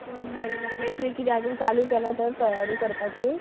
बरें बरें मागीर तुवें किदें आजून चालू केला तर तयारी करपाची